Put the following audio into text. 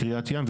גם לקריית ים,